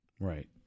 Right